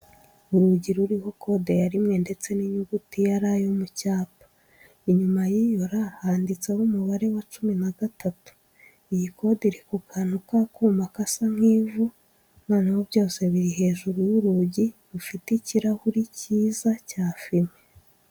Urugi ruriho kode ya rimwe ndetse n'inyuguti ya R yo mu cyapa, inyuma y'iyo R handitseho umubare wa cumi na gatatu. Iyi kode iri ku kantu k'akuma gasa nk'ivu, noneho byose biri hejuru y'urugi rufite ikirahuri cyiza cya fime.